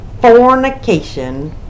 Fornication